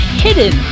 hidden